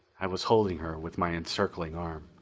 i was holding her with my encircling arm.